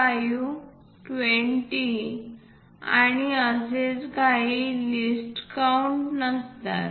5 20 आणि असेच काही लिस्ट काउंट नसतात